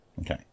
Okay